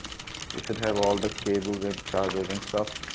should have all the cables and chargers and stuffs.